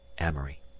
Amory